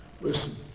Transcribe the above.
Listen